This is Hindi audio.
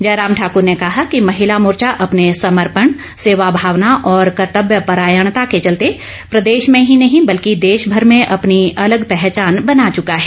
जयराम ठाकर ने कहा कि महिला मोर्चा अपने समर्पण सेवा भावना और कर्तव्य परायणता के चलते प्रदेश में ही नहीं बल्कि देश भर में अपनी अलग पहचान बना चुका है